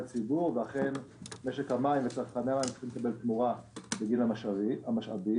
ואכן משק המים וצרכני מים צריכים לקבל תמורה בגין והמשאבים.